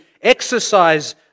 exercise